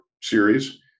series